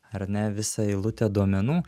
ar ne visa eilutė duomenų